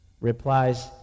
replies